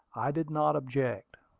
i did not object.